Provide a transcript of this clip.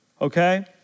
Okay